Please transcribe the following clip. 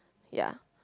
ya